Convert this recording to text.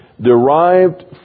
derived